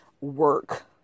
work